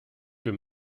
wir